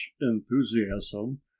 enthusiasm